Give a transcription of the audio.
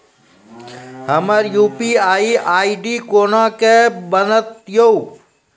हमर UPI ID कोना के बनत यो?